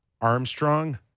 Armstrong